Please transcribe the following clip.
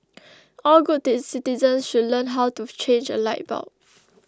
all good citizens should learn how to change a light bulb